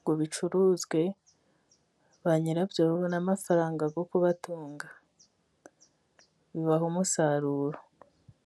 ngo bicuruzwe, ba nyirabyo babone amafaranga yo kubatunga bibahe umusaruro.